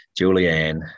Julianne